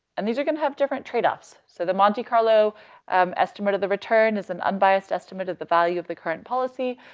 and these are going to have different trade offs. so the monte carlo um estimate of the return is an unbiased estimate of the value of the current policy.